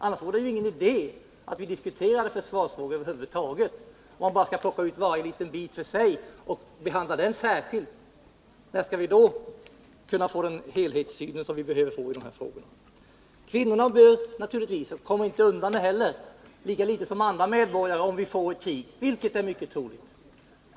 Annars vore det ju ingen idé att diskutera försvarsfrågan över huvud taget — om man bara skulle plocka ut varje liten bit för sig och behandla den särskilt. När skulle vi då få den helhetssyn vi behöver i de här frågorna? Kvinnorna bör naturligtvis delta i försvaret — det kommer de inte heller undan, lika litet som andra medborgare, om vi får ett krig, vilket är mycket troligt.